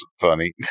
funny